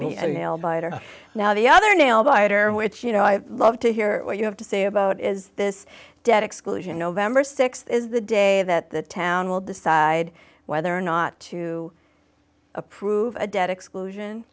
or now the other nail biter which you know i love to hear what you have to say about is this debt exclusion nov th is the day that the town will decide whether or not to approve a debt exclusion